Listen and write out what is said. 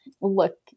look